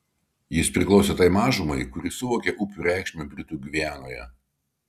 jis priklausė tai mažumai kuri suvokė upių reikšmę britų gvianoje